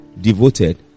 devoted